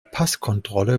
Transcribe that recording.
passkontrolle